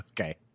Okay